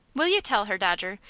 will you tell her, dodger,